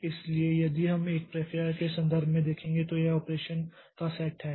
इसलिए यदि हम एक प्रक्रिया के संदर्भ में देखेंगे तो यह ऑपरेशन का सेट है